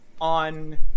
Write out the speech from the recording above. on